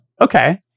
okay